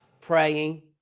praying